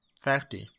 Facty